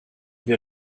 wir